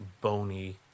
bony